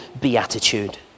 beatitude